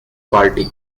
party